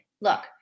Look